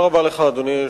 אדוני.